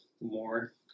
more